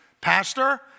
Pastor